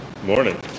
Morning